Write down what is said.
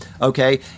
okay